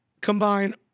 Combine